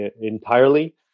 entirely